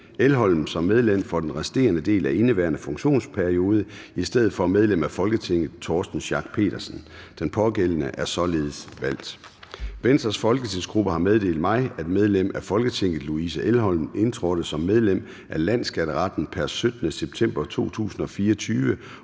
Elholm som medlem for den resterende del af indeværende funktionsperiode i stedet for medlem af Folketinget Torsten Schack Pedersen. Den pågældende er således valgt. Venstres folketingsgruppe har meddelt mig, at medlem af Folketinget Louise Elholm indtrådte som medlem af Landsskatteretten pr. 17. september 2024